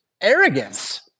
arrogance